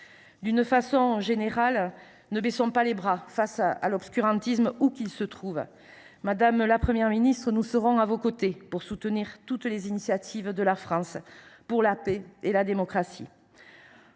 D’une façon générale, ne baissons pas les bras face à l’obscurantisme, où qu’il se trouve ! Madame la Première ministre, nous serons à vos côtés pour soutenir toutes les initiatives de la France pour la paix et la démocratie.